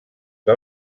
que